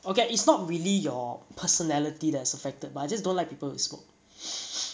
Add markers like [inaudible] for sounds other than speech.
okay it's not really your personality that is affected but I just don't like people who smoke [breath]